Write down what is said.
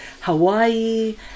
Hawaii